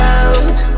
out